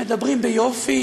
מדברים ביופי,